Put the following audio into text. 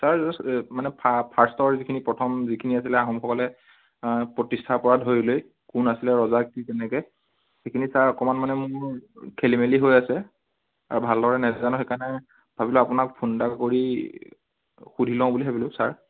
sir just এই মানে ফা ফাৰ্ষ্টৰ যিখিনি প্ৰথম যিখিনি আছিলে আহোমসকলে প্ৰতিষ্ঠাৰ পৰা ধৰি লৈ কোন আছিলে ৰজা কি কেনেকৈ সেইখিনি ছাৰ অকণমান মানে মোৰ খেলি মেলি হৈ আছে আৰু ভালদৰে নেজানো সেইকাৰণে ভাবিলোঁ আপোনাক ফোন এটা কৰি সুধি লওঁ বুলি ভাবিলোঁ ছাৰ